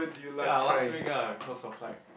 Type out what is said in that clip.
okay ah last week ah cause of like